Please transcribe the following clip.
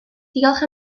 diolch